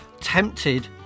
Tempted